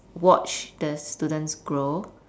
watch the students grow